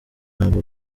nabwo